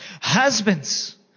Husbands